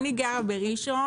אני גרה בראשון,